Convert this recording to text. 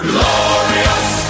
Glorious